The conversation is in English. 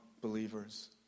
believers